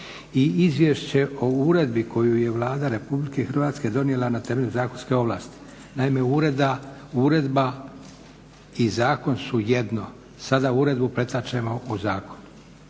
- Izvješće o uredbi koju je Vlada Republike Hrvatske donijela na temelju zakonske ovlasti Naime, uredba i zakon su jedno. Sada uredbu pretačemo u zakon.